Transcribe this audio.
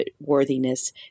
worthiness